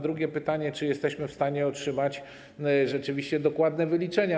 Drugie pytanie: Czy jesteśmy w stanie otrzymać rzeczywiście dokładne wyliczenia?